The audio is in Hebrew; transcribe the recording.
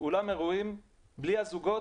אולם אירועים בלי הזוגות,